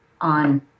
on